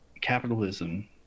capitalism